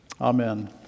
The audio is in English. Amen